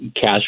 cash